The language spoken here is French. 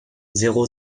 zéro